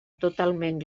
totalment